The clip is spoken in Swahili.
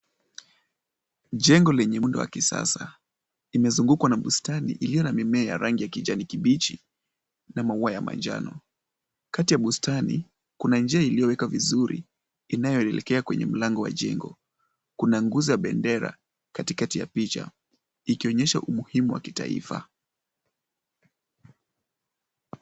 Jengo lenye muundo wa kisasa imezungukwa na bustani iliyo na mimea ya rangi ya kijani kibichi na maua ya manjano. Kati ya bustani kuna njia iliyowekwa vizuri inayoelekea kwenye mlango wa jengo, kuna nguzo ya bendera katikati ya picha ikionyesha umuhimu wa kitaifa.